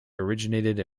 originated